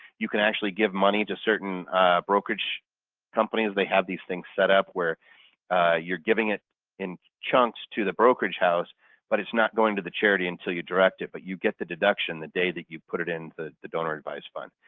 you can actually give money to certain brokerage companies. they have these things set up where you're giving it in chunks to the brokerage house but it's not going to the charity until you direct it but you get the deduction the day that you put it in the the donor-advised fund.